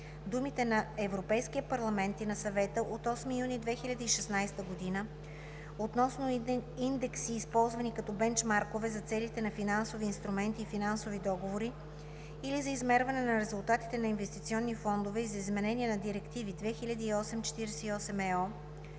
думите „на Европейския парламент и на Съвета от 8 юни 2016 г. относно индекси, използвани като бенчмаркове за целите на финансови инструменти и финансови договори или за измерване на резултатите на инвестиционни фондове и за изменение на директиви 2008/48/ЕО